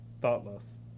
thoughtless